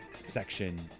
section